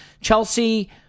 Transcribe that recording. Chelsea